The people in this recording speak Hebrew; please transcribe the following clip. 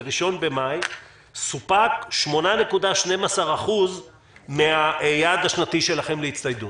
ב-1 במאי סופקו 8.12% מהיעד השנתי שלכם להצטיידות.